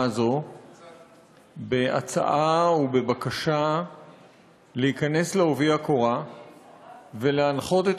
הזאת בהצעה ובבקשה להיכנס בעובי הקורה ולהנחות את